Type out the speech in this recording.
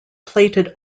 plated